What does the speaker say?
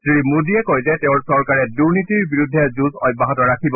শ্ৰী মোদীয়ে কয় যে তেওঁৰ চৰকাৰে দুৰ্নীতিৰ বিৰুদ্ধে যুঁজ অব্যাহত ৰাখিব